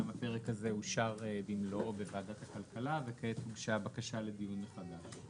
גם הפרק הזה אושר במלואו בוועדת הכלכלה וכעת הוגשה בקשה לדיון מחדש.